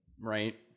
right